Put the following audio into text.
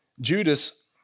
Judas